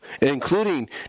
including